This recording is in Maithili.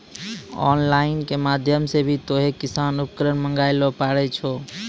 ऑन लाइन के माध्यम से भी तोहों कृषि उपकरण मंगाय ल पारै छौ